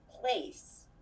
place